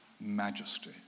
majesty